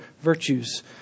virtues